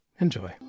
Enjoy